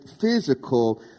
physical